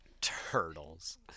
Turtles